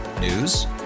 News